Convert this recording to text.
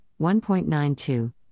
1.92